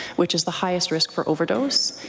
which is the highest risk for overdose.